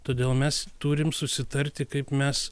todėl mes turim susitarti kaip mes